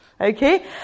okay